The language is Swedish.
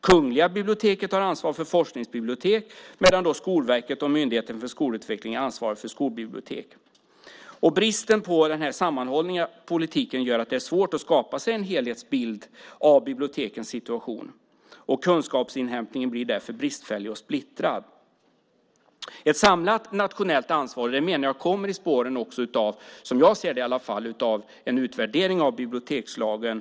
Kungliga biblioteket har ansvar för forskningsbibliotek, medan Skolverket och Myndigheten för skolutveckling ansvarar för skolbibliotek. Bristen på denna sammanhållna politik gör att det är svårt att skapa sig en helhetsbild av bibliotekens situation. Kunskapsinhämtningen blir därför bristfällig och splittrad. Ett samlat nationellt ansvar menar jag kommer i spåren av en utvärdering av bibliotekslagen.